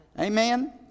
Amen